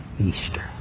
Easter